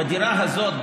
בדירה הזאת,